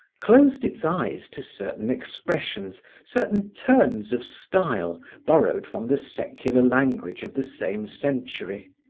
closed its eyes to certain expressions, certain turns of style borrowed from the secular language of the same century,